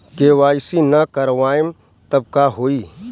KYC ना करवाएम तब का होई?